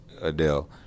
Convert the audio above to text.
Adele